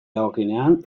dagokionean